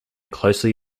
closely